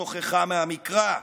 והתוכחה מהמקרא,